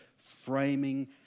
framing